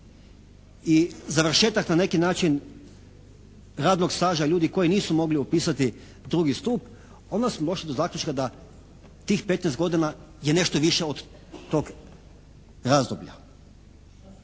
i završetak na neki način radnog staža ljudi koji nisu mogli upisati drugi stup onda smo došli do zaključka da tih 15 godina je nešto više od tog razdoblja.